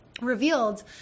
revealed